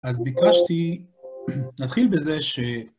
‫אז ביקשתי, נתחיל בזה ש...